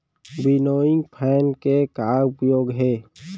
Winnowing fan के का उपयोग हे?